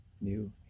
New